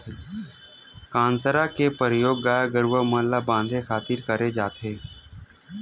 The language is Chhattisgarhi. कांसरा के परियोग गाय गरूवा मन ल बांधे खातिर करे जाथे